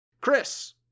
Chris